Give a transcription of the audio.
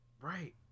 Right